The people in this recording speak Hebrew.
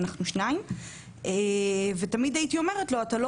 אנחנו שניים ותמיד הייתי אומרת לו אתה לא